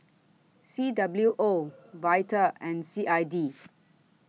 C W O Vital and C I D